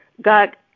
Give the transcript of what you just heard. God